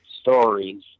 stories